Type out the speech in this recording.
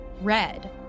Red